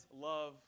love